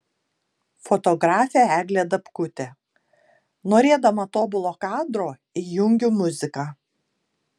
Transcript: fotografė eglė dabkutė norėdama tobulo kadro įjungiu muziką